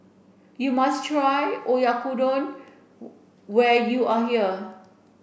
you must try Oyakodon when you are here